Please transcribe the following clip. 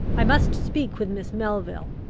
i must speak with miss melville.